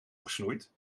gesnoeid